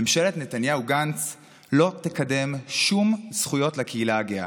ממשלת נתניהו-גנץ לא תקדם שום זכויות לקהילה הגאה.